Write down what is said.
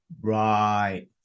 Right